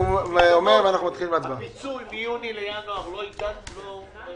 הוא אמר שהוא מוכן להתחלף איתך עכשיו.